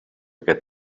get